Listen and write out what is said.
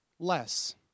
Less